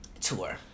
Tour